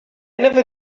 never